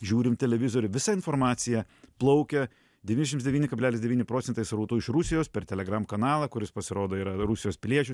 žiūrim televizorių visa informacija plaukia devyniasdešims devyni kablelis devyni procentai srautų iš rusijos per telegram kanalą kuris pasirodo yra rusijos piliečių